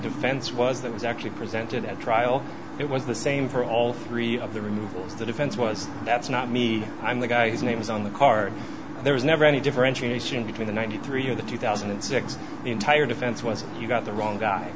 defense was that was actually presented at trial it was the same for all three of the removals the defense was that's not me i'm the guy whose name is on the card there was never any differentiation between the ninety three or the two thousand and six the entire defense was you've got the wrong guy